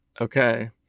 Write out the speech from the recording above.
okay